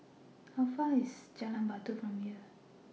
How Far away IS Jalan Batu from here